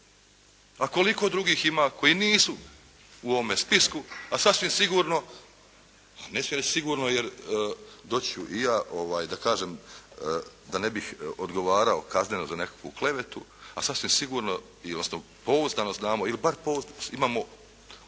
A koliko drugih ima koji nisu u ovome spisku, a sasvim sigurno, ne smijem reći sigurno, jer doći ću i ja da kažem, da ne bih odgovarao kazneno za nekakvu klevetu, a sasvim sigurno pouzdano znamo ili bar imamo osnovane